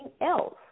else